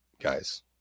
guys